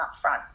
upfront